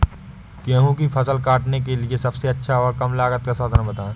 गेहूँ की फसल काटने के लिए सबसे अच्छा और कम लागत का साधन बताएं?